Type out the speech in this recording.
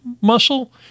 muscle